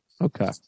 Okay